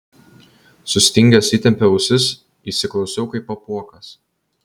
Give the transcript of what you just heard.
sustingęs įtempiau ausis įsiklausiau kaip apuokas